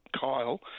Kyle